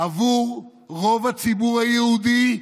עבור רוב הציבור היהודי,